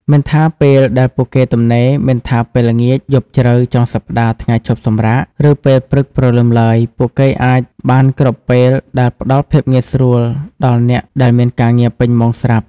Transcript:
មិនថាពេលដែលពួកគេទំនេរ មិនថាពេលល្ងាច យប់ជ្រៅ ចុងសប្តាហ៍ ថ្ងៃឈប់សម្រាក ឬពេលព្រឹកព្រលឹមឡើយពួកគេអាចបានគ្រប់ពេលដែលផ្តល់ភាពងាយស្រួលដល់អ្នកដែលមានការងារពេញម៉ោងស្រាប់។